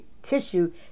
tissue